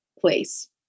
place